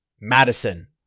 Madison